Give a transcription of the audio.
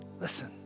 Listen